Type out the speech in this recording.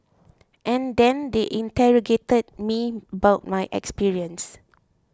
and then they interrogated me about my experience